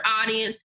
audience